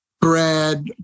bread